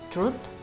Truth